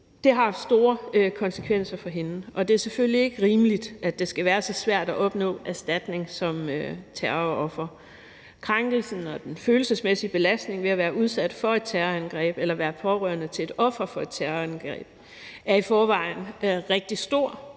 det har haft store konsekvenser for hende. Det er selvfølgelig ikke rimeligt, at det skal være så svært at opnå erstatning som terroroffer. Krænkelsen og den følelsesmæssige belastning ved at være udsat for et terrorangreb eller være pårørende til et offer for et terrorangreb er i forvejen rigtig stor,